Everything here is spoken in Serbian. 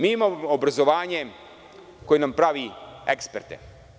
Mi imamo obrazovanje koje nam pravi eksperte.